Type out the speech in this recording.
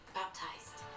baptized